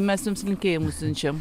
mes jums linkėjimus siunčiam